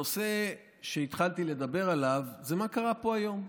הנושא שהתחלתי לדבר עליו זה מה קרה פה היום.